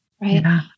right